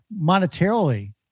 monetarily